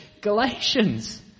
Galatians